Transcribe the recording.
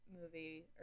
movie